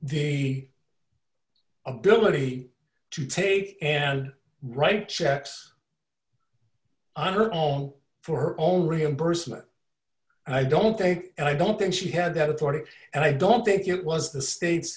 the ability to take and write checks under own for her own reimbursement i don't think and i don't think she had that authority and i don't think it was the state